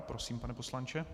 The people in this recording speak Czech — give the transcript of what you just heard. Prosím, pane poslanče.